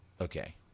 Okay